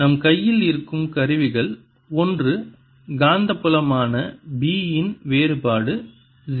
நம் கையில் இருக்கும் கருவிகள் ஒன்று காந்தப்புலமான B இன் வேறுபாடு 0